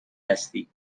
هستی